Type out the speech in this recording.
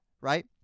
right